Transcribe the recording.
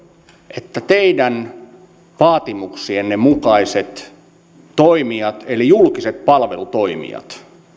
että teidän vaatimuksienne mukaiset toimijat eli julkiset palvelutoimijat